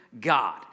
God